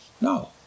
No